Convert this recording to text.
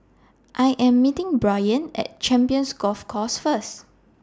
I Am meeting Brayan At Champions Golf Course First